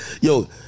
Yo